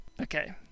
Okay